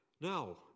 now